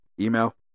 email